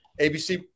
ABC